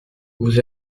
vous